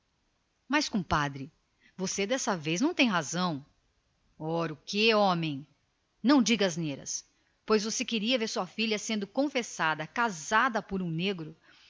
mas compadre você desta vez não tem razão ora o quê homem de deus não diga asneiras pois você queria ver sua filha confessada casada por um negro